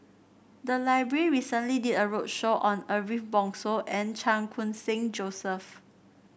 the library recently did a roadshow on Ariff Bongso and Chan Khun Sing Joseph